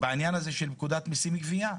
בעניין הזה של פקודת מיסים (גבייה).